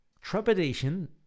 trepidation